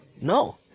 No